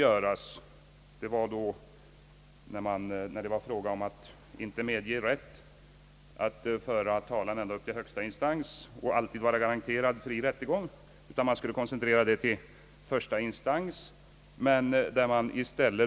Frågan gällde därvid, att rätt inte skulle medges att föra talan ända upp till högsta instans och att säljaren därvid alltid skulle vara garanterad fri rättegång. Tyngdpunkten i processen skulle i stället förläggas till första instans.